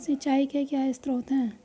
सिंचाई के क्या स्रोत हैं?